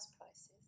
prices